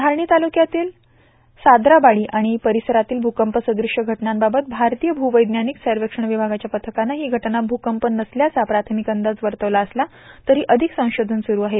धारणी तालुक्यातील साद्राबाडी आणि परिसरातील भूकंपसद्रश घटनांबाबत भारतीय भूवैज्ञानिक सर्वेक्षण विभागाच्या पथकानं ही घटना भूकंप नसल्याचा प्राथमिक अंदाज वर्तवला असला तरी अधिक संशोधन सुरु आहे